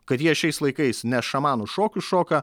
kad jie šiais laikais ne šamanų šokius šoka